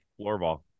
floorball